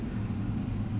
then I went